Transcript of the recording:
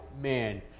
Man